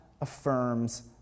affirms